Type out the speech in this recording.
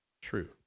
true